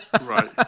Right